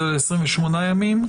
זה ל-28 ימים,